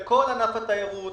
לכל ענף התיירות,